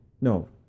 no